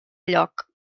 lloc